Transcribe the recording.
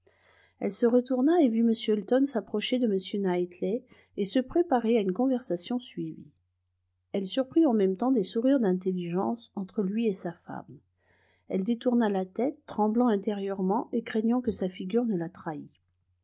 elle se retourna et vit m elton s'approcher de m knightley et se préparer à une conversation suivie elle surprit en même temps des sourires d'intelligence entre lui et sa femme elle détourna la tête tremblant intérieurement et craignant que sa figure ne la trahît